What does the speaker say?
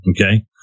Okay